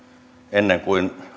ennen kuin